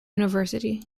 university